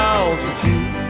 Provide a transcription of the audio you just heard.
Altitude